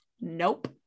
Nope